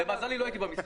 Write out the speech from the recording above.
למזלי אז לא הייתי במשרד.